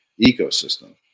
ecosystem